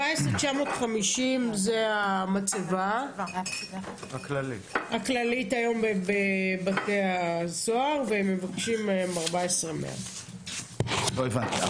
14,950 זה המצבה הכללית היום בבתי הסוהר והם מבקשים 14,100. לא הבנתי.